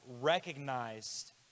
recognized